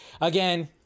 again